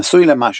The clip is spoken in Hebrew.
נשוי למאשה.